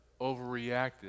overreacted